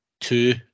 two